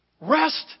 Rest